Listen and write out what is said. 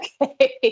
Okay